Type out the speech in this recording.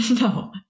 No